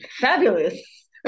fabulous